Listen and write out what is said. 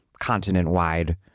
continent-wide